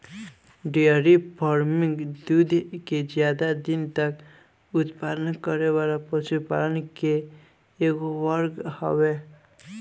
dairy farming दूध के ज्यादा दिन तक उत्पादन करे वाला पशुपालन के एगो वर्ग हवे